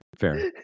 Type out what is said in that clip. fair